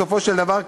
בסופו של דבר,